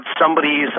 somebody's